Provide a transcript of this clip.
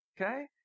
Okay